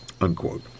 unquote